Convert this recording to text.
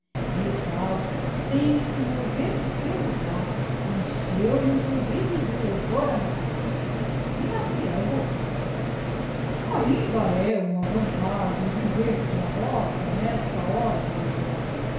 milkau sem se mover do seu logar encheu lhe os ouvidos de louvore á natureza e maciel voltou-se ainda é uma vantagem viver se na roça nesta hora tenebrosa